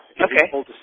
Okay